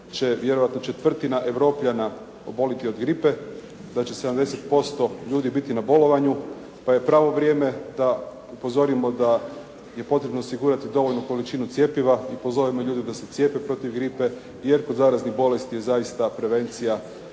će vjerojatno četvrtina Europljana oboliti od gripe, da će 70% ljudi biti na bolovanju, pa je pravo vrijeme da upozorimo da je potrebno osigurati dovoljnu količinu cjepiva i pozovemo ljude da se cijepe protiv gripe, jer kod zaraznih bolesti je zaista prevencija